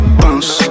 bounce